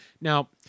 Now